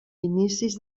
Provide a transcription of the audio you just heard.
inicis